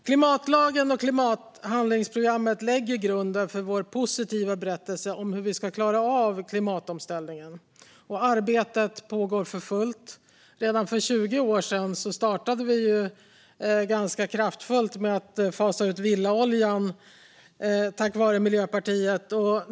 Klimatlagen och klimathandlingsprogrammet lägger grunden för vår positiva berättelse om hur vi ska klara av klimatomställningen. Arbetet pågår för fullt. Redan för 20 år sedan startade vi kraftfullt med att fasa ut villaoljan. Det var tack vare Miljöpartiet.